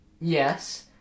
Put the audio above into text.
Yes